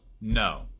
no